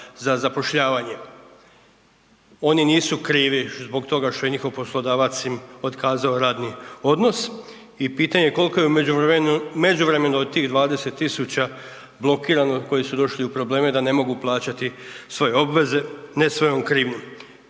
HZZ-a. Oni nisu krivi zbog toga što je njihov poslodavac im otkazao radni odnos i pitanje je koliko je u međuvremenu od tih 20 000 blokirano koji su došli u probleme da ne mogu plaćati svoje obveze ne svojom krivnjom.